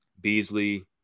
Beasley